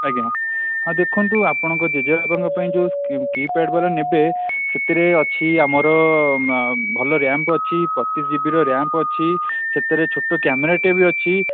ଆଜ୍ଞା ହଁ ଦେଖନ୍ତୁ ଆପଣଙ୍କ ଜେଜେବାପାଙ୍କ ପାଇଁ ଯେଉଁ କୀ ପ୍ୟାଡ଼୍ ବାଲା ନେବେ ସେଥିରେ ଅଛି ଆମର ଭଲ ରାମ୍ପ୍ ଅଛି ବତିଶ ଜିବିର ରାମ୍ପ୍ ଅଛି ସେଥିରେ ଛୋଟ କ୍ୟାମେରା ଟିଏ ବି ଅଛି